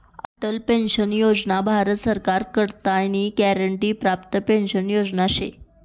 Atal pension योजना भारत सरकार कडताईन ग्यारंटी प्राप्त पेंशन योजना शे